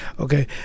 Okay